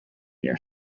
near